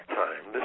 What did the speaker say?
time